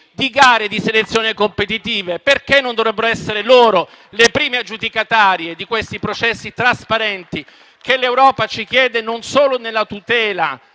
di gare e di selezioni competitive: perché non dovrebbero essere loro le prime aggiudicatarie di questi processi trasparenti che l'Europa ci chiede non solo nella tutela